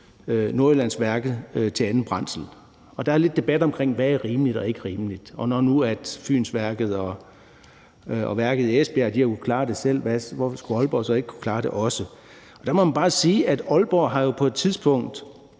Nordjyllandsværket til andet brændsel. Der er lidt debat om, hvad der er rimeligt, og hvad der ikke er rimeligt. Når nu Fynsværket og værket i Esbjerg har kunnet klare det selv, hvorfor skulle Aalborg så ikke kunne klare det også? Der må man bare sige, at Aalborg på et tidspunkt